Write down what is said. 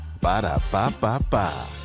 Ba-da-ba-ba-ba